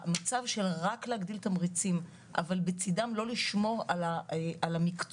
המצב של רק להגדיל תמריצים אבל בצידן לא לשמור על המקצוע,